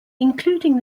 including